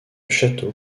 château